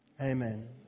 Amen